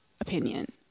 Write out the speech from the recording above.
opinion